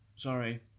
Sorry